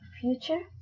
future